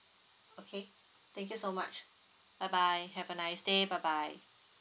okay thank you so much bye bye have a nice day bye bye